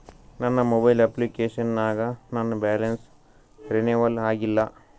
ನನ್ನ mobile application ನಾಗ ನನ್ ಬ್ಯಾಲೆನ್ಸ್ ರೀನೇವಲ್ ಆಗಿಲ್ಲ